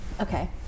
Okay